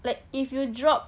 like if you drop